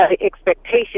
expectation